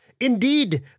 Indeed